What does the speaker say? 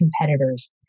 competitors